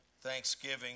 Thanksgiving